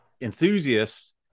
enthusiasts